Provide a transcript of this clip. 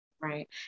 Right